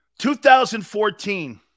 2014